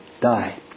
die